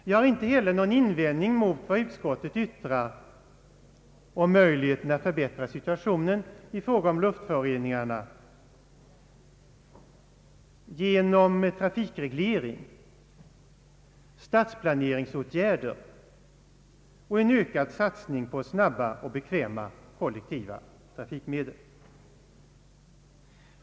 Jag har inte heller någon invändning mot vad utskottet yttrar om möjligheterna att förbättra situationen i fråga om luftföroreningarna genom trafikreglering, stadsplaneringsåtgärder och en ökad satsning på snabba och bekväma kollektiva trafikmedel.